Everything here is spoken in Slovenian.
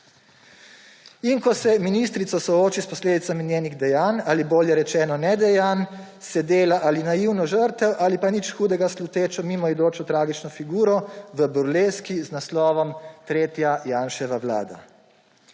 In ko se ministrica sooči s posledicami svojih dejanj ali bolje rečeno nedejanj, se dela ali naivno žrtev ali pa nič hudega slutečo mimoidočo tragično figuro v burleski z naslovom Tretja Janševa vlada.